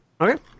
Okay